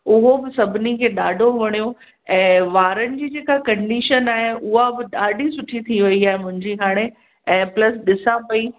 उहो बि सभिनी खे ॾाढो वणियो ऐं वारनि जी जेका कंडीशन आहे ऊअं बि ॾाढी सुठी थी वई आहे मुंहिंजी हाणे ऐं प्लस ॾिसां पई